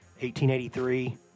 1883